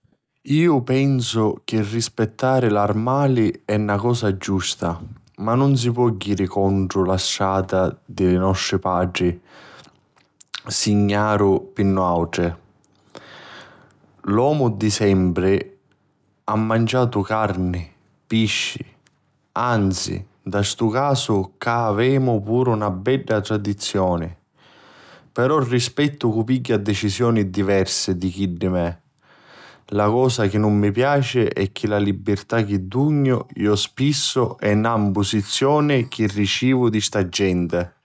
Iu pensu chi rispittari l'armali è na cosa giusta, ma nun si po jiri contru la strata chi li nostri patri signaru pi nuatri. L'omo di sempri ha manciatu carni, pisci, anzi nta stu casu cca avemu puru na bedda tradizioni. Però rispettu cui pigghia dicisioni diversi di chiddi mei. La cosa chi nun mi piaci è chi la libirtà chi dugnu iu spissu è na mpusizioni chi ricivu di sta gente.